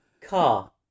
Car